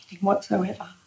whatsoever